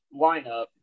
lineup